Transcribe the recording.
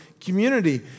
community